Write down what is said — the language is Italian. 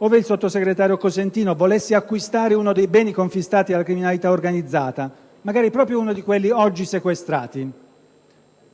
ove il sottosegretario Cosentino volesse acquistare uno dei beni confiscati alla criminalità organizzata, magari proprio uno di quelli sequestrati